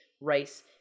rice